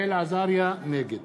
נגד